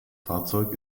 fahrzeug